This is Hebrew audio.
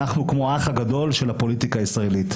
אנחנו כמו האח הגדול של הפוליטיקה הישראלית.